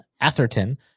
Atherton